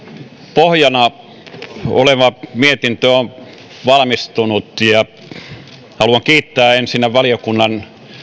pohjana oleva mietintö on valmistunut ja haluan ensinnä kiittää valiokunnan